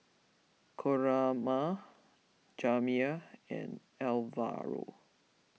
Coraima Jamir and Alvaro